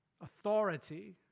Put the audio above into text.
Authority